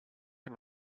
and